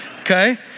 okay